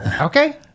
Okay